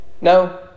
No